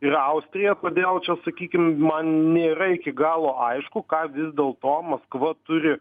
ir austrija kodėl čia sakykim man nėra iki galo aišku ką vis dėlto maskva turi